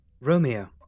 Romeo